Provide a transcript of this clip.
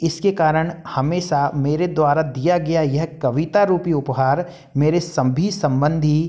इसके कारण हमेशा मेरे द्वारा दिया गया यह कविता रूपी उपहार मेरे सभी सम्बंधी